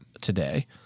today